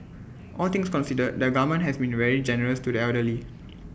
all things considered the government has been the very generous to the elderly